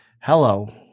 Hello